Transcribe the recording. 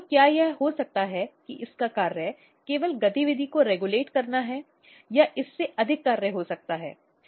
तो क्या यह हो सकता है कि इसका कार्य केवल गतिविधि को विनियमित करना है या इसमें अधिक कार्य हो सकता है